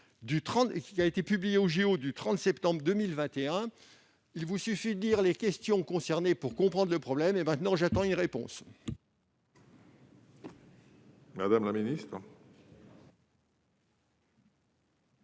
orale publiée au du 30 septembre 2021. Il vous suffit de lire les questions concernées pour comprendre le problème. Maintenant, j'attends une réponse ! La parole